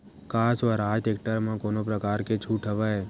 का स्वराज टेक्टर म कोनो प्रकार के छूट हवय?